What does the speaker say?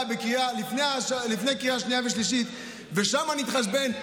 לפני הקריאה השנייה והשלישית ושם נתחשבן,